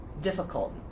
difficult